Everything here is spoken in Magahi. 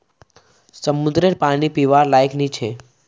समंद्ररेर पानी पीवार लयाक नी छे